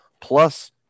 plus